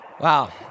Wow